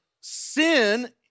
sin